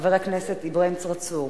חבר הכנסת אברהים צרצור.